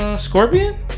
Scorpion